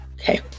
Okay